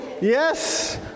Yes